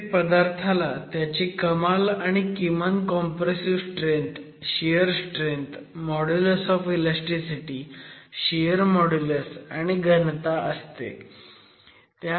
प्रत्येक पदार्थाला त्याची कमाल आणि किमान compressive strength shear strength modulus of elasticity shear modulus आणि घनता असते